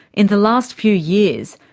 in the last few years,